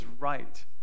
right